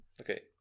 Okay